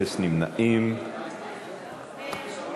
רציפות על הצעת חוק חניה לנכים (תיקון מס'